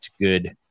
good